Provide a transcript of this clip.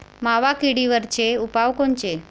मावा किडीवरचे उपाव कोनचे?